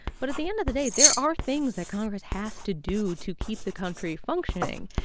but at the end of the day, there are things that congress has to do to keep the country functioning.